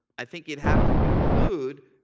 i think he'd have to conclude